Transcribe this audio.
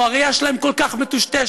או שהראייה שלהם כל כך מטושטשת,